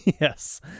Yes